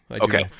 okay